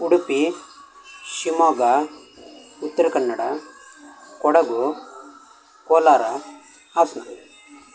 Udupi Shivamogga Uttara Kannada Kodagu Kolar Hassan